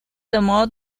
tomó